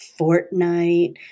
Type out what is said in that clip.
Fortnite